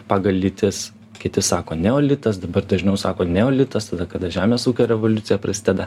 pagal lytis kiti sako neolitas dabar dažniau sako neolitas tada kada žemės ūkio revoliucija prasideda